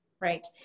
Right